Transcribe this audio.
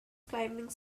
climbing